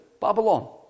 Babylon